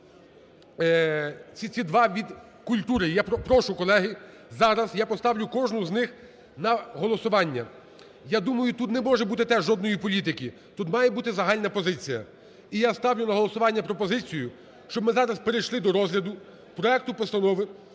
ці два від культури. Я прошу, колеги, зараз я поставлю кожну з них на голосування. Я думаю, тут не може бути теж жодної політики, тут має бути загальна позиція. І я ставлю на голосування пропозицію, щоб ми зараз перейшли до розгляду проекту Постанови